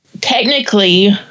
technically